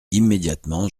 immédiatement